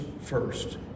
first